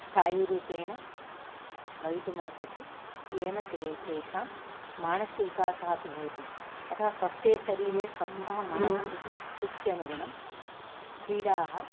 स्थायिरूपेण भवितुमर्हति येन तेषां मानसिकविकासः अपि भवति अतः स्वस्थे शरीरे स्वस्थः मनः इति सूक्त्यनुगुणं क्रीडाः